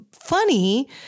funny